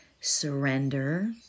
surrender